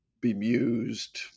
bemused